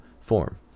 form